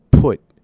put